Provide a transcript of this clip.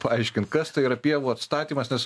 paaiškint kas tai yra pievų atstatymas nes